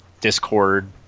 Discord